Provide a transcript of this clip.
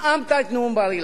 נאמת את נאום בר-אילן.